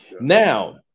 Now